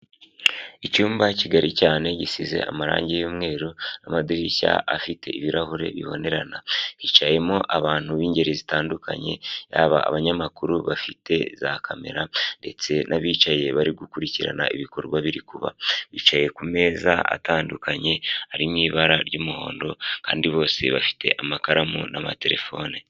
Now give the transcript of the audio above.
Icyumba kigari cyane gisize amarangi y'umweru n'amadirishya afite ibirahure bibonerana, hicayemo abantu b'ingeri zitandukanye, yaba abanyamakuru bafite za kamera, ndetse n'abicaye bari gukurikirana ibikorwa biri kuba, bicaye ku meza atandukanye ari mu ibara ry'umuhondo, kandi bose bafite amakaramu n'amatelefone.